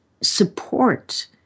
support